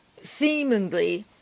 seemingly